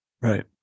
Right